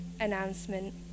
announcement